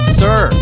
sir